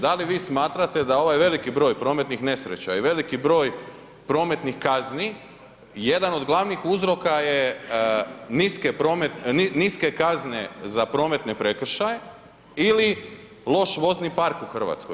Da li vi smatrate da ovaj veliki broj prometnih nesreća i veliki broj prometnih kazni, jedan od glavnih uzroka je niske kazne za prometne prekršaje ili loš vozni park u Hrvatskoj?